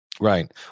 right